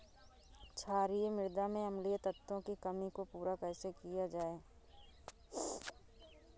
क्षारीए मृदा में अम्लीय तत्वों की कमी को पूरा कैसे किया जाए?